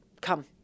come